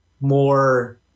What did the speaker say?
more